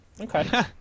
Okay